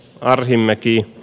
arhinmäki